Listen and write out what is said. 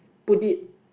put it